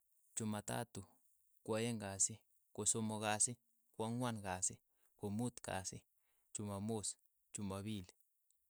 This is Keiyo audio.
Chumatatu, kwaeng' kasi, kosomok kasi, kwang'wan kasi, komut kasi, chumamos, chuma pili.